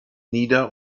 nieder